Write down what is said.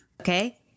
Okay